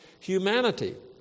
humanity